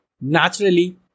Naturally